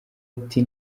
ati